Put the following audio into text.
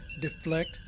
deflect